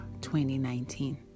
2019